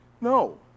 No